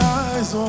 eyes